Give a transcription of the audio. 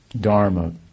dharma